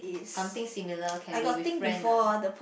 something similar can be with friend ah